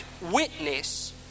witness